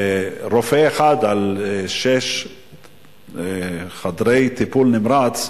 רופא אחד על שישה חדרי טיפול נמרץ,